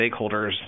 stakeholders